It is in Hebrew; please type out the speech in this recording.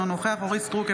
אינו נוכח אורית מלכה סטרוק,